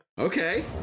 Okay